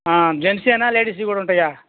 జెంట్సేనా లేడీస్వి కూడా ఉంటయా